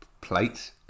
plates